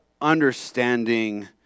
understanding